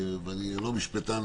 ואני לא משפטן,